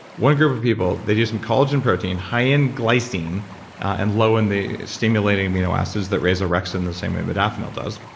one group of people, they did some collagen protein, high in glycine and low in the. stimulating amino acids that raise orexin the same way modafinil does,